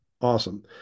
awesome